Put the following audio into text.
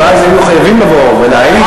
ואז יהיו חייבים לבוא ולהעיד,